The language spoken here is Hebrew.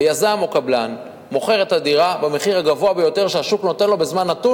ויזם או קבלן מוכר את הדירה במחיר הגבוה ביותר שהשוק נותן לו בזמן נתון,